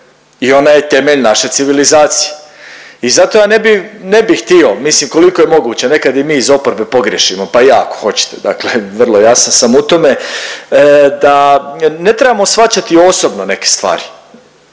i ona je temelj naše civilizacije i zato ja ne bi htio mislim koliko je moguće, nekad i mi iz oporbe pogriješimo pa i ja ako hoćete, dakle vrlo jasan sam u tome, da ne trebamo shvaćati osobno neke stvari.